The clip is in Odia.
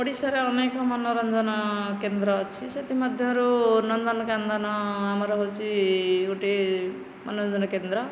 ଓଡ଼ିଶାର ଅନେକ ମନୋରଞ୍ଜନ କେନ୍ଦ୍ର ଅଛି ସେଥି ମଧ୍ୟରୁ ନନ୍ଦନକାନନ ଆମର ହେଉଛି ଗୋଟିଏ ମନୋରଞ୍ଜନ କେନ୍ଦ୍ର